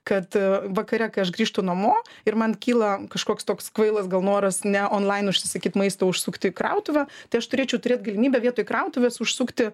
kad vakare kai aš grįžtu namo ir man kyla kažkoks toks kvailas gal noras ne onlain užsisakyt maisto o užsukti į krautuvę tai aš turėčiau turėt galimybę vietoj krautuvės užsukti